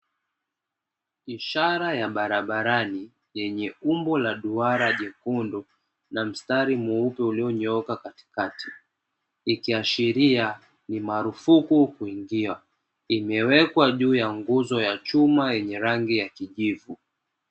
Ishara ya barabarani yenye umbo la duara jekundu na mstari mweupe ulionyooka katikati, ikiashiria ni marufuku kuingia. Imewekwa juu ya nguzo ya chuma yenye rangi ya kijivu.